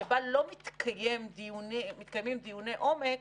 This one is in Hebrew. שבה לא מתקיימים דיוני עומק,